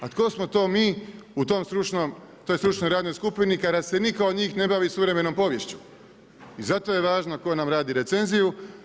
A tko smo to mi, u tom stručnoj, u toj stručnoj radnoj skupini, kada se nitko od njih ne bavi suvremenom poviješću i zato je važno tko nam radi recenziju.